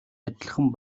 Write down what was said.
адилхан